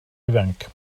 ifanc